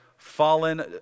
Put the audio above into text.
Fallen